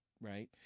right